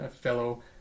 fellow